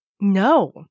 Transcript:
No